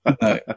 No